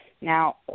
now